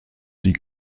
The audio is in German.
die